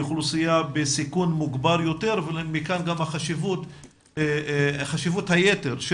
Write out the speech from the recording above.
אוכלוסייה בסיכון מוגבר יותר ומכאן גם חשיבות היתר של